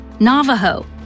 Navajo